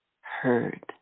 heard